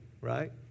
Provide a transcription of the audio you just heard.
right